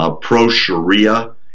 pro-Sharia